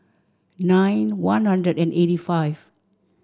nine one hundred and eighty five